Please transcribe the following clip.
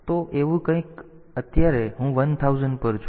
તો એવું કંઈક તેથી અત્યારે હું 1000 પર છું